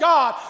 God